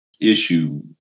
issue